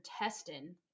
intestine